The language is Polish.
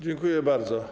Dziękuję bardzo.